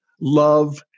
love